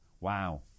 Wow